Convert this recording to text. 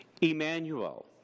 Emmanuel